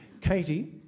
Katie